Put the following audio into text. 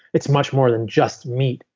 it's much more than just meat.